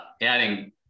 adding